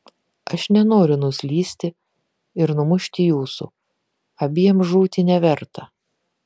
aš nenoriu nuslysti ir numušti jūsų abiem žūti neverta